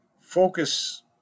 focus